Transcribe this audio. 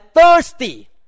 thirsty